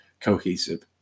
cohesive